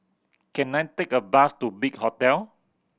can I take a bus to Big Hotel